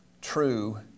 true